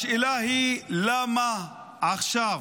השאלה היא, למה עכשיו?